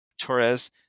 Torres